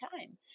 time